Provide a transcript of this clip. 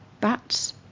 bats